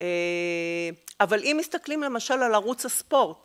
אבל אם מסתכלים למשל על ערוץ הספורט